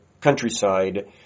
countryside